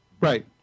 Right